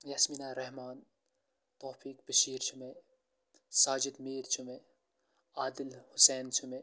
یاسمیٖنہ رحمان توفیٖق بٔشیٖر چھُ مےٚ ساجِد میٖر چھُ مےٚ عادل حُسین چھُ مےٚ